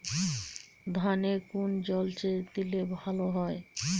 ধানে কোন জলসেচ দিলে ভাল হয়?